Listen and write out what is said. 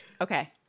Okay